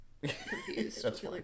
confused